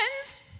Friends